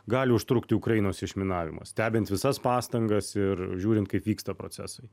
gali užtrukti ukrainos išminavimas stebint visas pastangas ir žiūrint kaip vyksta procesai